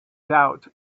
doubt